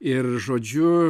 ir žodžiu